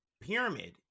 Pyramid